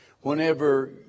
whenever